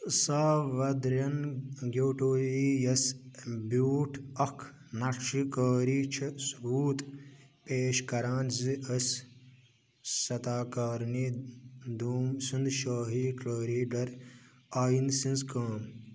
ساوَدرٮ۪ن گیٚٹیوٗ یی یَس بیٛوٗٹھ اَکھ نقشہٕ کٲری چھِ ثبوٗت پیش کران زِ أس ستاکارنی دوم سٕنٛدِ شٲہی کٲری گَر آینہٕ سٕنٛز کٲم